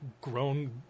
grown